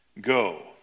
Go